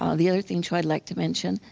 um the other thing, too, i'd like to mention.